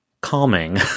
calming